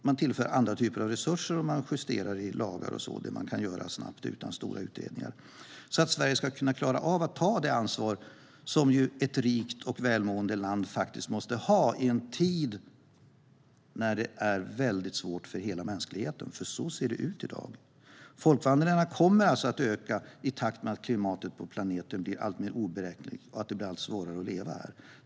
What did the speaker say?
Man tillför också andra typer av resurser, justerar lagar och annat som man kan göra snabbt utan stora utredningar. Detta gör man för att Sverige ska klara att ta det ansvar som ju ett rikt och välmående land måste ta i en tid då det är väldigt svårt för hela mänskligheten, för så ser det ut i dag. Folkvandringarna kommer att öka i takt med att klimatet på planeten blir alltmer oberäkneligt så att det blir allt svårare att leva här.